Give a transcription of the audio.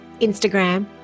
Instagram